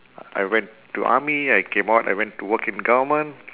I went to army I came out I went to work in government